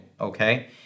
okay